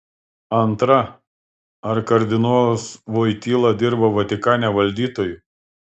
antra ar kardinolas voityla dirba vatikane valdytoju